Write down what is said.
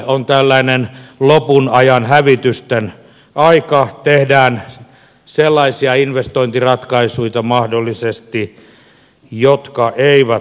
on tällainen lopun ajan hävitysten aika tehdään sellaisia investointiratkaisuita mahdollisesti jotka eivät ole tarkoituksenmukaisia